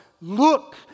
Look